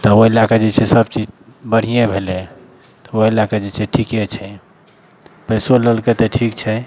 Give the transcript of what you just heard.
तऽ ओइ लए कऽ जे छै सब चीज बढ़ियें भेलय तऽ ओइ लए कऽ जे छै ठीके छै पैसो लेलकय तऽ ठीक छै